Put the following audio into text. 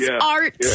art